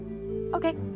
Okay